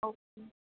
okay